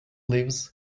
lives